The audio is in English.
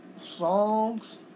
Songs